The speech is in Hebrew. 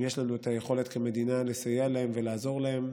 אם יש לנו את היכולת כמדינה לסייע להם ולעזור להם,